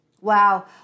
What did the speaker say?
Wow